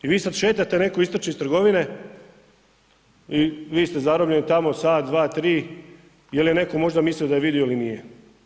I vi sada šetate, netko istrići iz trgovine i vi ste zarobljeni tamo, sat, dva tri ili je netko možda mislio da je vidio ili nije.